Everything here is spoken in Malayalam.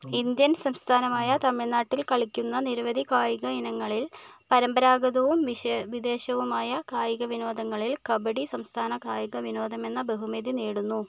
ഇന്ത്യൻ സംസ്ഥാനമായ തമിഴ്നാട്ടിൽ കളിക്കുന്ന നിരവധി കായിക ഇനങ്ങളിൽ പരമ്പരാഗതവും വിശ വിദേശവുമായ കായിക വിനോദങ്ങളിൽ കബഡി സംസ്ഥാന കായിക വിനോദമെന്ന ബഹുമതി നേടുന്നു